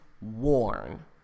warn